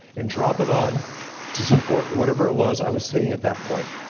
and drop it on to support whatever it was, i was saying at that point.